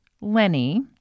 lenny